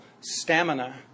stamina